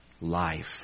life